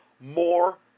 more